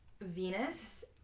Venus